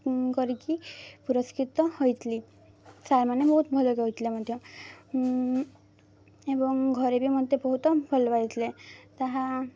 କରିକି ପୁରସ୍କୃତ ହୋଇଥିଲି ସାର୍ ମାନେ ବହୁତ ଭଲ କହିଥିଲେ ମଧ୍ୟ ଏବଂ ଘରେ ବି ମୋତେ ବହୁତ ଭଲ ପାଇଥିଲେ ତାହା